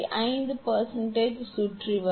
5சுற்றி வரும்